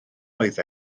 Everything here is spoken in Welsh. oedd